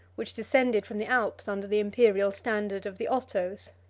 which descended from the alps under the imperial standard of the othos.